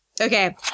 Okay